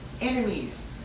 enemies